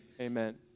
Amen